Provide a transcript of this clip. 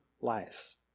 lives